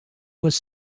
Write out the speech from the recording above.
was